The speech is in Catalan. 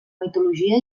mitologia